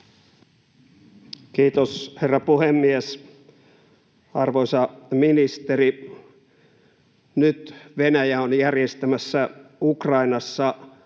Kiitos, herra puhemies! Arvoisa ministeri! Nyt Venäjä on järjestämässä Ukrainassa